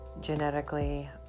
genetically